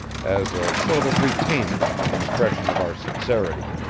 as a sort of retainer and expression of our sincerity.